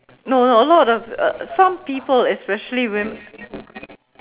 no no a lot of uh some people especially wom~